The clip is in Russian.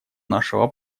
нашего